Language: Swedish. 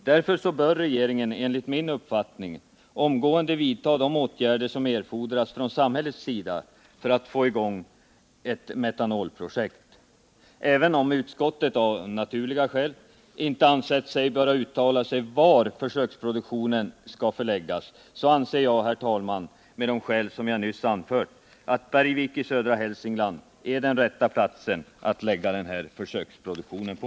Därför bör regeringen enligt min uppfattning omgående vidta de åtgärder som erfordras från samhällets sida för att få i gång ett Även om utskottet — av naturliga skäl — inte ansett sig böra uttala sig om vart försöksproduktionen av metanol skall förläggas, anser jag, herr talman, på de skäl jag nyss anfört att Bergvik i södra Hälsingland är den rätta platsen att lägga den här försöksproduktionen på.